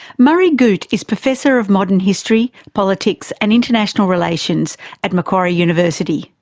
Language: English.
murray goot is professor of modern history, politics and international relations at macquarie university.